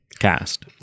Cast